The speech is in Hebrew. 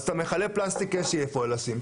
אז את מכלי הפלסטיק יש לי איפה לשים.